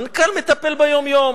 מנכ"ל מטפל ביום-יום